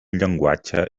llenguatge